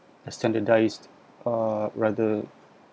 a standardised uh rather